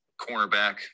cornerback